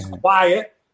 Quiet